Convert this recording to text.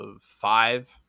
five